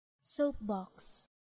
Soapbox